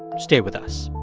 stay with us